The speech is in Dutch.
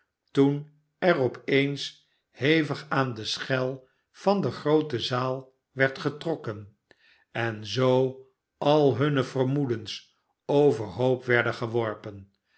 toen er op eens hevig aan de schel van de groote zaal werd getrokken en zoo al hunne vernioedens overhoop werden geworpen